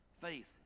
Faith